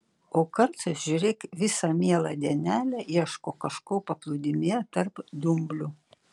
o kartais žiūrėk visą mielą dienelę ieško kažko paplūdimyje tarp dumblių